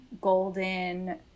golden